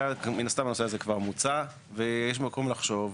מן הסתם, הנושא הזה כבר מוצע, ויש מקום לחשוב.